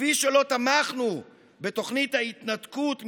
כפי שלא תמכנו בתוכנית ההתנתקות,